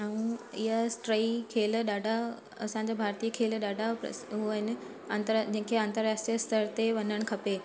ऐं इहे टेई खेल ॾाढा असांजा भारतीय खेल ॾाढा प्र हो आहिनि पर इन खे अंतराष्ट्रीय स्तर ते वञणु खपे